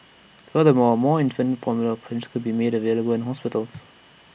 further more more infant formula prints could be made available in hospitals